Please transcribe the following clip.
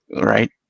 right